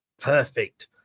perfect